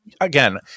again